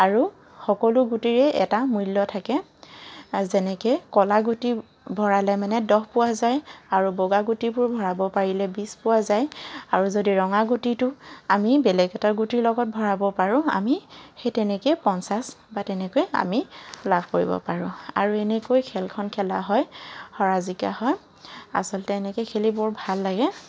আৰু সকলো গুটিৰে এটা মূল্য থাকে যেনেকৈ কলা গুটি ভৰালে মানে দহ পোৱা যায় আৰু বগা গুটিবোৰ ভৰাব পৰিলে বিছ পোৱা যায় আৰু যদি ৰঙা গুটিটো আমি বেলেগ এটা গুটিৰ লগত ভৰাব পাৰোঁ আমি সেই তেনেকৈ পঞ্চাছ বা তেনেকৈ আমি লাভ কৰিব পাৰোঁ আৰু এনেকৈ খেলখন খেলা হয় হৰা জিকা হয় আচলতে এনেকৈ খেলি বৰ ভাল লাগে